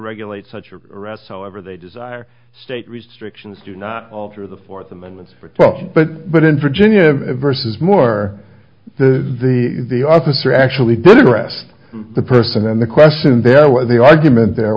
regulate such arrests however they desire state restrictions alter the fourth amendment for tough but but in virginia versus more the the the officer actually did arrest the person then the question there was the argument there